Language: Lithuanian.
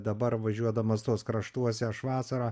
dabar važiuodamas tuos kraštuose aš vasarą